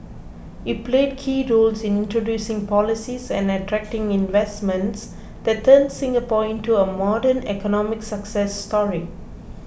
he played key roles in introducing policies and attracting investments that turned Singapore into a modern economic success story